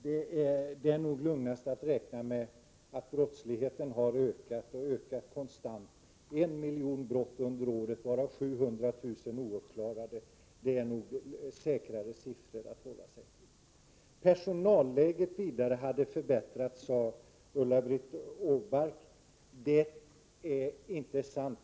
Det är nog lugnast att räkna med att brottsligheten har ökat och ökar konstant. 1 miljon brott under det senaste året, varav 700 000 av dem är ouppklarade, är nog säkrare siffror att hålla sig till. Vidare sade Ulla-Britt Åbark att personalläget hade förbättrats. Det är inte sant.